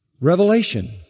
Revelation